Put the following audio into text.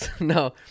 No